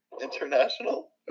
International